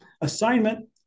assignment